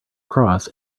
cross